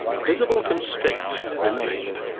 a visible constraint remained.